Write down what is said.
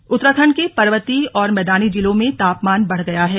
मौसम उत्तराखंड के पर्वतीय और मैदानी जिलों में तापमान बढ़ गया है